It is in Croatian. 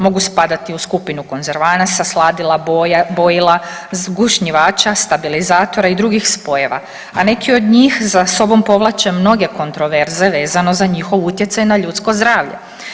Mogu spadati u skupinu konzervanasa, sladila, bojila, zgušnjivača, stabilizatora i drugih spojeva, a neki od njih za sobom povlače mnoge kontroverze vezano za njihov utjecaj na ljudsko zdravlje.